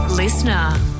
Listener